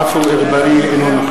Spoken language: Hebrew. (קורא בשמות חברי הכנסת) עפו אגבאריה, אינו נוכח